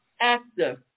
active